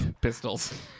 pistols